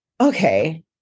okay